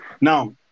Now